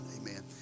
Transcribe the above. Amen